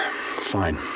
Fine